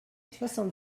soixante